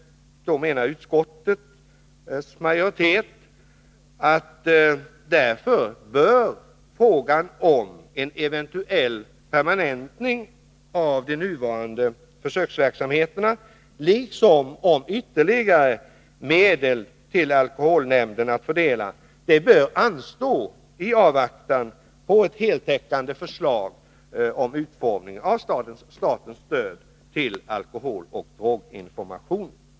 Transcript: Utskottets majoritet menar att därför bör frågan om en eventuell permanentning av de nuvarande försöksverksamheterna, liksom frågan om ytterligare medel till alkoholnämnderna att fördela, anstå i avvaktan på ett heltäckande förslag om Fru talman!